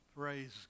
Praise